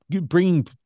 bringing